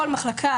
כל מחלקה,